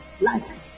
life